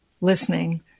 listening